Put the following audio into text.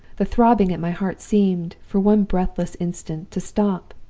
the throbbing at my heart seemed, for one breathless instant, to stop.